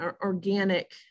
organic